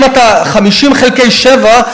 50 חלקי 7,